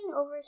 over